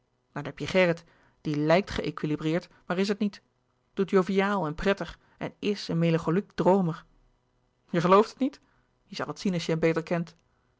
dan heb je gerrit die lijkt geëquilibreerd maar is het niet doet joviaal en prettig en is een melancholiek droomer je gelooft het niet je zal het zien als je hem beter kent